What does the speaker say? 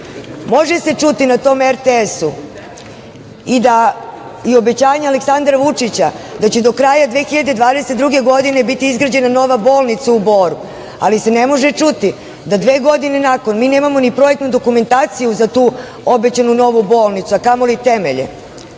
se čuti na tom RTS-u i da je obećanje Aleksandra Vučića da će do kraja 2022. godine biti izgrađena nova bolnica u Boru, ali se ne može čuti da dve godine nakon mi nemamo ni projektnu dokumentaciju za tu obećanu novu bolnicu a kamoli temelj. Može